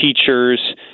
teachers